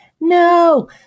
No